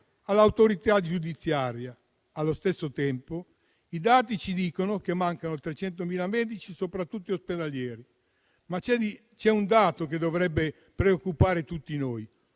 Allo stesso tempo, i dati ci dicono che mancano 300.000 medici, soprattutto ospedalieri, ma c'è un dato che dovrebbe preoccupare tutti noi: